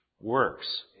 works